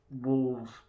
Wolves